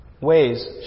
ways